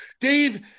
Dave